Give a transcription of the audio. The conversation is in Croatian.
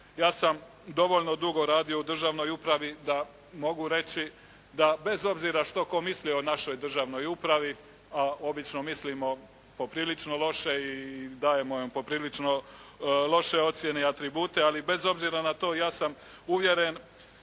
Ja sam dovoljno dugo radio u državnoj upravi da mogu reći da bez obzira što tko mislio o našoj državnoj upravi, a obično mislimo poprilično loše i dajemo joj prilično loše ocijene i atribute, ali bez obzira na to ja sam uvjeren